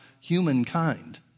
humankind